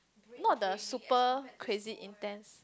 not the super crazy intense